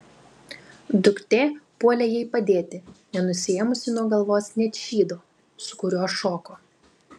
duktė puolė jai padėti nenusiėmusi nuo galvos net šydo su kuriuo šoko